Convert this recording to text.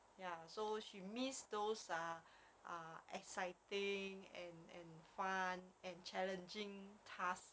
ya so she miss those ah ah exciting and and fun and challenging task